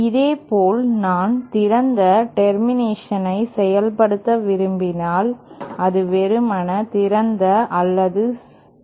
இதேபோல் நான் திறந்த டெர்மினேஷன் ஐ செயல்படுத்த விரும்பினால் அது வெறுமனே திறந்த அல்லது திறந்த டெர்மினேஷன் ஆகும்